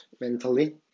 mentally